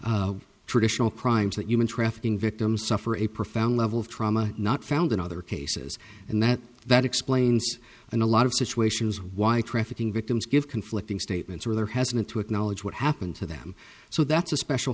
cases traditional crimes that human trafficking victims suffer a profound level of trauma not found in other cases and that that explains in a lot of situations why trafficking victims give conflicting statements or there hasn't to acknowledge what happened to them so that's a special